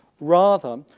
rather,